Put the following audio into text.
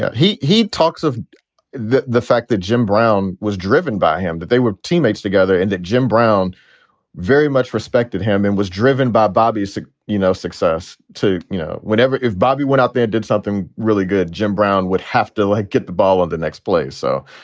he he talks of the the fact that jim brown was driven by him, that they were teammates together, and that jim brown very much respected him and was driven by bobby's, you know, success to, you know, whenever if bobby went out there, did something really good. jim brown would have to, like, get the ball on the next play. so,